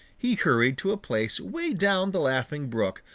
he hurried to a place way down the laughing brook,